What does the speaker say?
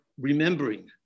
remembering